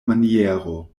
maniero